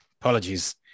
Apologies